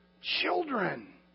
children